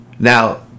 Now